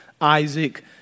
Isaac